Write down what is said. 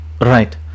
right